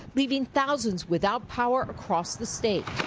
leaving thousands without power, across the state.